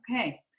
Okay